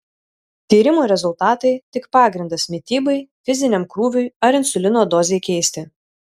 tyrimų rezultatai tik pagrindas mitybai fiziniam krūviui ar insulino dozei keisti